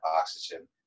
oxygen